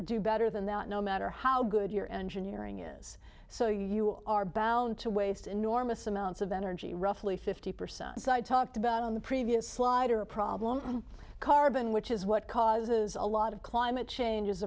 do better than that no matter how good your engineering is so you are bound to waste enormous amounts of energy roughly fifty percent cited talked about on the previous slide or a problem carbon which is what causes a lot of climate change